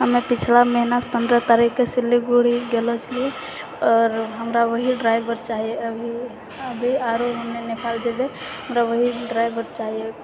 हमे पछिला महिनाके पन्द्रह तारीखके सिलिगुड़ी गेलो छेलियै आओर हमरा वही ड्राइवर चाही अभि आरो हमे नेपाल जेबै हमरा वही ड्राइवर चाही